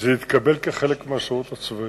זה התקבל כחלק מהשירות הצבאי.